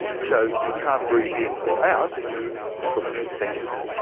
so you can't breathe in or out for a few seconds.